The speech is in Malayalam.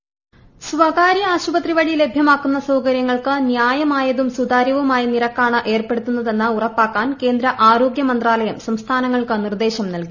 വോയിസ് സ്വകാര്യ ആശുപത്രി വഴി ലഭ്യമീക്കു്ന സൌകര്യങ്ങൾക്ക് ന്യായമായതും സുതാര്യവുമായു നിര്ക്കാണ് ഏർപ്പെടുത്തുന്ന തെന്ന് ഉറപ്പാക്കാൻ കേന്ദ്ര ആരോഗ്യമന്ത്രാലയം സംസ്ഥാന ങ്ങൾക്ക് നിർദ്ദേശം നൽക്ടി